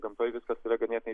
gamtoj viskas yra ganėtinai